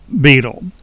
beetle